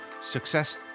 Success